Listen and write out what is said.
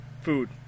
food